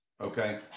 okay